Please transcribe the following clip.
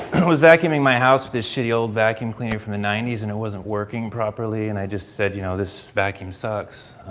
was vacuuming my house with this shitty old vacuum cleaner from the ninety s and it wasn't working properly and i just said you know this vacuum sucks.